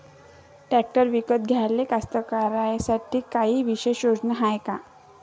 Tractor विकत घ्याले कास्तकाराइसाठी कायी विशेष योजना हाय का?